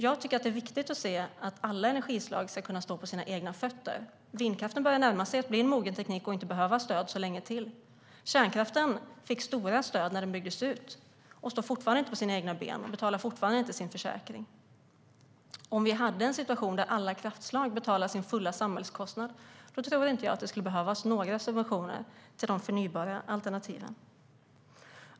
Jag tycker att det är viktigt att se att alla energislag ska kunna stå på egna ben. Vindkraften börjar närma sig att bli en mogen teknik och kommer inte att behöva stöd så länge till. Kärnkraften fick stora stöd när den byggdes ut och står fortfarande inte på egna ben. Den betalar fortfarande inte sin försäkring. Om vi hade en situation där alla kraftslag betalade sin fulla samhällskostnad tror jag inte att det skulle behövas några subventioner till de förnybara alternativen.